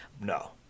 No